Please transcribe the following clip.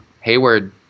Hayward